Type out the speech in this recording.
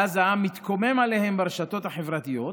ואז העם מתקומם עליהם ברשתות החברתיות,